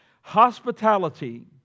Hospitality